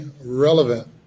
relevant